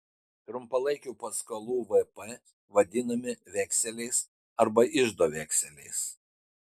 trumpalaikių paskolų vp vadinami vekseliais arba iždo vekseliais